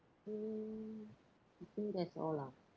um I think that's all lah